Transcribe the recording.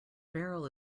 barrel